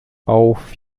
auf